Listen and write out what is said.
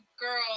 girl